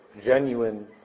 genuine